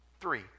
Three